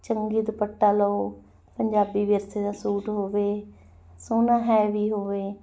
ਚੰਗੇ ਦੁਪੱਟਾ ਲਓ ਪੰਜਾਬੀ ਵਿਰਸੇ ਦਾ ਸੂਟ ਹੋਵੇ ਸੋਹਣਾ ਹੈਵੀ ਹੋਵੇ